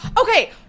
Okay